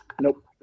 Nope